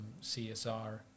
CSR